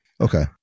Okay